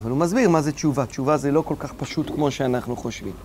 אבל הוא מסביר מה זה תשובה. תשובה זה לא כל כך פשוט כמו שאנחנו חושבים.